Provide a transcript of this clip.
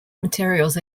materials